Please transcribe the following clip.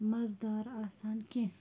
مَزٕ دار آسان کیٚنہہ